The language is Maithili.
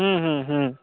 हूँ हूँ हूँ